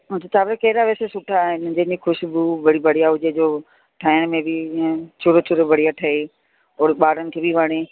अच्छा चांवर कहिड़ा वैसे सुठा आहिनि जंहिंमें ख़ुशबू बढ़ी बढ़िया हुजे जो ठाहिण में बि ईअं चोड़ो चोड़ो बढ़िया ठहे ओर ॿारनि खे बि वणे